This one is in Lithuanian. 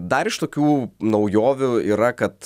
dar iš tokių naujovių yra kad